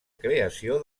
creació